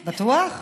בטוח?